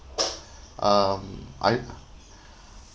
um I